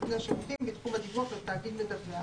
נותני שירותים בתחום הדיווח לתאגיד מדווח.